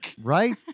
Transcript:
Right